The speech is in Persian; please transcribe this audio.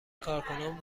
کارکنان